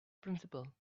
principal